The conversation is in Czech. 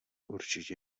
určitě